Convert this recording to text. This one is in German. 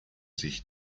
sich